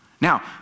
Now